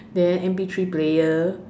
then M_P three player